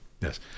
yes